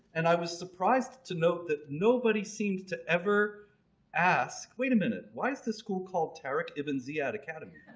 and i was surprised to note, that nobody seems to ever ask wait a minute why is this school called tariq ibn ziyad academy?